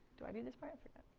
do i need this part?